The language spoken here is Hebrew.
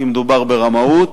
כי מדובר ברמאות,